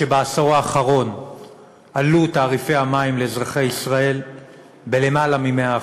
שבעשור האחרון עלו תעריפי המים לאזרחי ישראל ביותר מ-100%.